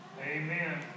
Amen